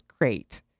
great